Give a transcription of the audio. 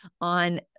on